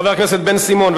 חבר הכנסת בן-סימון,